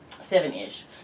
seven-ish